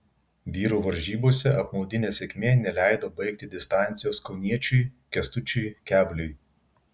vyrų varžybose apmaudi nesėkmė neleido baigti distancijos kauniečiui kęstučiui kebliui